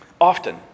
Often